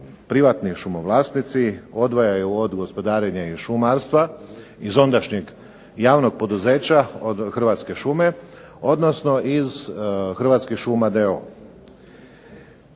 razloga što se privatni šumovlasnici odvajaju od gospodarenja i šumarstva od ondašnjeg javnog poduzeća Hrvatske šume, odnosno iz Hrvatskih šuma d.o.o.